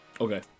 Okay